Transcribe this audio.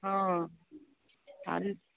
हँ